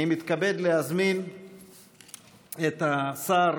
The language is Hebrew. אני מתכבד להזמין את השר